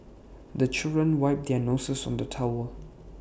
the children wipe their noses on the towel